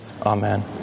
Amen